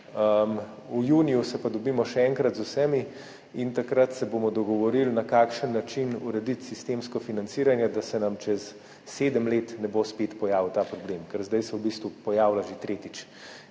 v juniju se pa dobimo še enkrat z vsemi in takrat se bomo dogovorili, na kakšen način urediti sistemsko financiranje, da se nam čez sedem let ne bo spet pojavil ta problem. Ker zdaj se v bistvu pojavlja že tretjič.